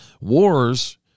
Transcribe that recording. Wars